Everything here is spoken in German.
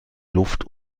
luft